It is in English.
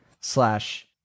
slash